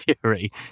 Fury